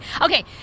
Okay